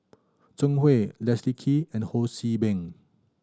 Zhang Hui Leslie Kee and Ho See Beng